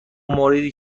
موردی